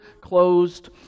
closed